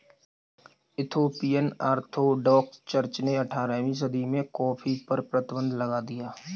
Ethiopian orthodox church ने अठारहवीं सदी में कॉफ़ी पर प्रतिबन्ध लगा दिया